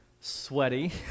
sweaty